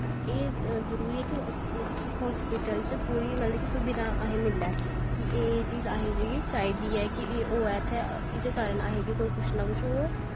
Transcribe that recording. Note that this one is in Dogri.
एह् जरूरी ऐ कि हस्पिटल च असें सारी सुविधां मिलै कि एह् एह् चीज़ असेंगी चाही दी ऐ कि एहे होऐ इत्थें एह्दे कारन असेंगी कुछ न कुछ ओह्